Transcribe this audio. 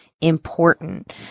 important